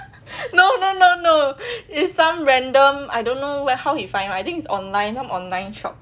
no no no no it's some random I don't know where how he find [one] I think it's online online shop